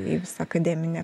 į visą akademinę